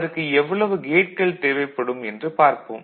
அதற்கு எவ்வளவு கேட்கள் தேவைப்படும் என்று பார்ப்போம்